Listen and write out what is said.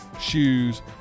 shoes